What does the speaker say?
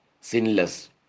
sinless